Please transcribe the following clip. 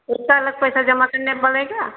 उसका अलग पैसा जमा करने पड़ेगाा